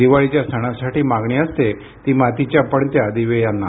दिवाळीच्या सणासाठी मागणी असते ती मातीच्या पणत्या दिवे यांना